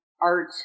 art